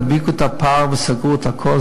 הדביקו את הפער וסגרו את הכול,